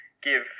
give